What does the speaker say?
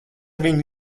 viņu